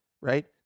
right